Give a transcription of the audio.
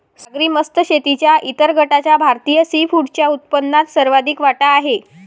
सागरी मत्स्य शेतीच्या इतर गटाचा भारतीय सीफूडच्या उत्पन्नात सर्वाधिक वाटा आहे